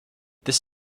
this